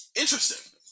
Interesting